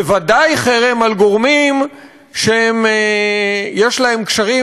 בוודאי חרם על גורמים שיש להם קשרים